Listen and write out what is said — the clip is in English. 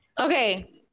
okay